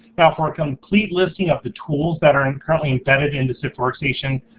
now for a complete listing of the tools that are and currently embedded in the sift workstation,